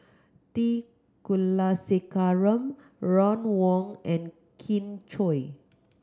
T Kulasekaram Ron Wong and Kin Chui